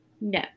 No